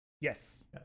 Yes